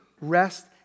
rest